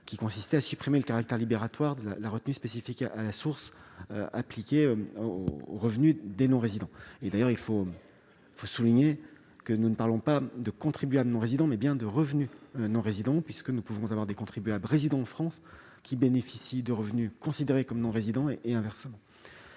qui consistait à supprimer le caractère libératoire de la retenue spécifique à la source appliquée à ces revenus. D'ailleurs, il faut souligner que nous parlons non pas de contribuables non-résidents, mais bien de revenus non-résidents, puisque certains contribuables résidant en France peuvent percevoir des revenus considérés comme non-résidents, et inversement.